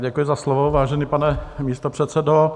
Děkuji za slovo, vážený pane místopředsedo.